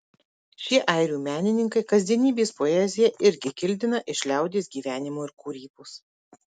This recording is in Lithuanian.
šie airių menininkai kasdienybės poeziją irgi kildina iš liaudies gyvenimo ir kūrybos